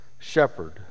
Shepherd